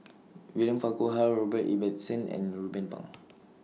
William Farquhar Robert Ibbetson and Ruben Pang